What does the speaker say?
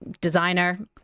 designer